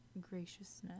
graciousness